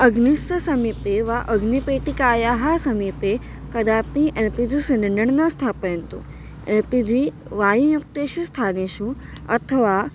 अग्नेः समीपे वा अग्निपेटिकायाः समीपे कदापि एल् पी जि सिलिण्डर् न स्थापयन्तु एल् पी जि वायुयुक्तेषु स्थानेषु अथवा